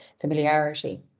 familiarity